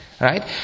Right